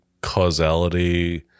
causality